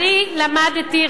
למה הוא יוצא?